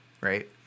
right